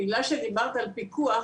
בגלל שדיברת על פיקוח,